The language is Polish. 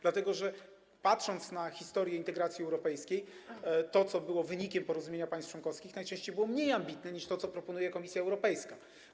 Dlatego że w historii integracji europejskiej to, co było wynikiem porozumienia państw członkowskich, najczęściej było mniej ambitne, niż to, co proponuje Komisja Europejska.